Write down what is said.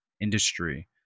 industry